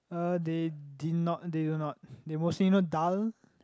uh they did not they do not they mostly you know dhal